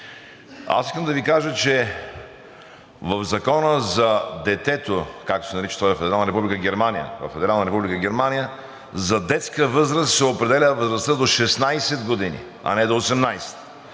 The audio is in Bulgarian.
искам да Ви кажа, че в Закона за детето, както се нарича той във Федерална република Германия, за детска възраст се определя възрастта до 16 години, а не до 18.